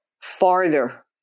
farther